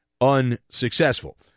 unsuccessful